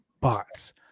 bots